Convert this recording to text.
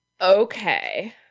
okay